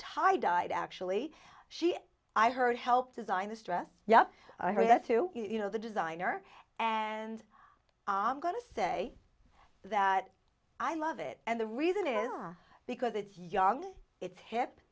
tie dyed actually she i heard helped design a stretch yup i heard that too you know the designer and i'm going to say that i love it and the reason is because it's young it's hip